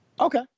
okay